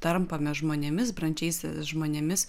tampame žmonėmis brandžiais žmonėmis